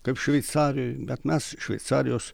kaip šveicarijoj bet mes šveicarijos